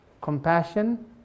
compassion